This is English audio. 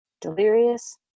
delirious